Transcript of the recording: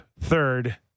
third